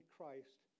Christ